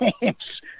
games